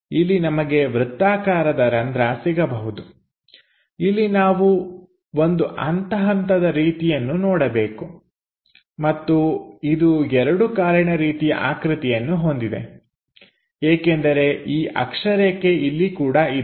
ಇಲ್ಲಿ ನಮಗೆ ವೃತ್ತಾಕಾರದ ರಂಧ್ರ ಸಿಗಬಹುದು ಇಲ್ಲಿ ನಾವು ಒಂದು ಹಂತ ಹಂತದ ರೀತಿಯನ್ನು ನೋಡಬೇಕು ಮತ್ತು ಇದು ಎರಡು ಕಾಲಿನ ರೀತಿಯ ಆಕೃತಿಯನ್ನು ಹೊಂದಿದೆ ಏಕೆಂದರೆ ಈ ಅಕ್ಷರೇಖೆ ಇಲ್ಲಿ ಕೂಡ ಇದೆ